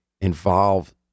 involve